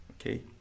okay